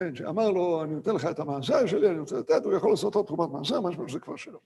‫שאמר לו, אני אותן לך את המאזר שלי, ‫אני רוצה לתת, ‫הוא יכול לעשות ‫אותו תחומת מאזר, ‫מה שבו זה כבר שלא.